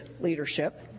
leadership